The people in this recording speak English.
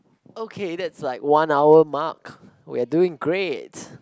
okay that's like one hour mark we are doing great